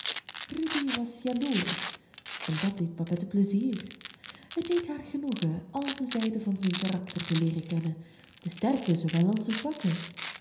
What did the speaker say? rudy was jaloersch en dat deed babette plezier het deed haar genoegen al de zijden van zijn karakter te leeren kennen de sterke zoowel als de zwakke